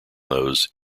those